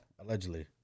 Allegedly